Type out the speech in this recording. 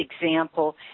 example